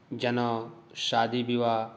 जनेउ शादी विवाह